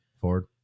Ford